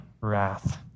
wrath